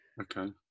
Okay